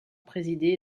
présidé